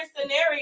scenario